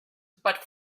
but